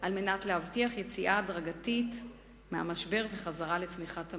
על מנת להבטיח יציאה הדרגתית מהמשבר וחזרה לצמיחת המשק.